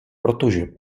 protože